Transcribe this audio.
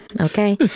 Okay